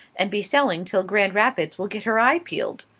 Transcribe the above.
and be selling till grand rapids will get her eye peeled.